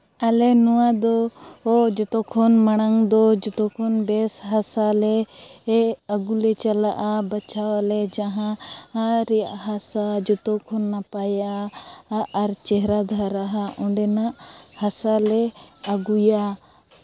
ᱟᱞᱮ ᱱᱚᱣᱟᱫᱚ ᱡᱚᱛᱚ ᱠᱷᱚᱱ ᱢᱟᱲᱟᱝ ᱫᱚ ᱡᱚᱛᱚ ᱠᱷᱚᱱ ᱵᱮᱥ ᱦᱟᱥᱟᱞᱮ ᱟᱹᱜᱩ ᱞᱮ ᱪᱟᱞᱟᱜᱼᱟ ᱵᱟᱪᱷᱟᱣᱟᱞᱮ ᱡᱟᱦᱟᱸᱨᱮᱭᱟᱜ ᱦᱟᱥᱟ ᱡᱚᱛᱚ ᱠᱷᱚᱱ ᱱᱟᱯᱟᱭᱟ ᱟᱨ ᱪᱮᱦᱨᱟ ᱫᱷᱟᱨᱟᱣᱟ ᱚᱸᱰᱮᱱᱟᱜ ᱦᱟᱥᱟᱞᱮ ᱟᱹᱜᱩᱭᱟ